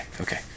okay